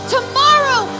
Tomorrow